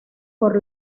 por